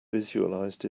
visualized